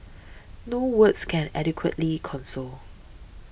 no words can adequately console